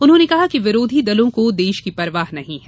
उन्होंने कहा कि विरोधी दलों को देश की परवाह नहीं है